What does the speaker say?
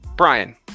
Brian